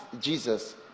Jesus